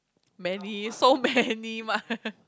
many so many mud